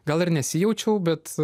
gal ir nesijaučiau bet